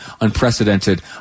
unprecedented